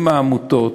עם העמותות,